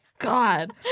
God